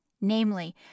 namely